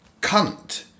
cunt